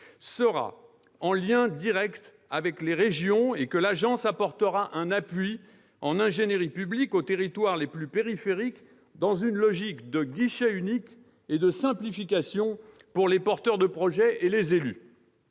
fera en lien direct avec les régions et que l'agence apportera un appui en ingénierie publique aux territoires les plus périphériques, dans une logique de guichet unique et de simplification à destination des porteurs de projets et des élus.